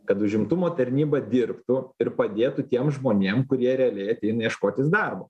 kad užimtumo tarnyba dirbtų ir padėtų tiem žmonėm kurie realiai ateina ieškotis darbo